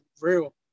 real